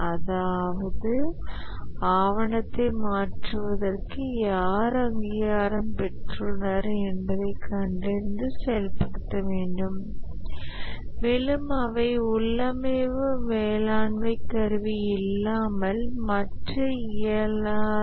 அதாவது ஆவணத்தை மாற்றுவதற்கு யார் அங்கீகாரம் பெற்றுள்ளனர் என்பதைக் கண்டறிந்து செயல்படுத்த வேண்டும் மேலும் அவை உள்ளமைவு மேலாண்மை கருவி இல்லாமல் மாற்ற இயலாது